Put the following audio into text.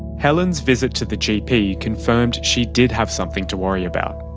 helen's visit to the gp confirmed she did have something to worry about.